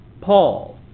Paul